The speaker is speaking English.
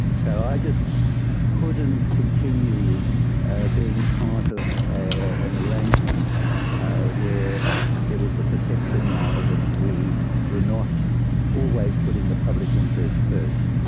so i just couldn't continue being part of an arrangement where there was the perception now that we were not always putting the public interest first.